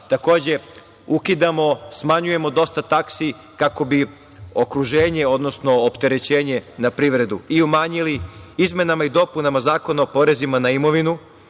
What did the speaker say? takođe, ukidamo, smanjujemo dosta taksi kako bi okruženje, odnosno opterećenje na privredu i umanjili. Izmenama i dopunama Zakona o porezima na imovinu,